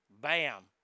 Bam